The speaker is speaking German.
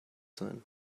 sein